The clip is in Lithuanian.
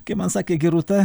kaip man sakė gerūta